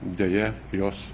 deja jos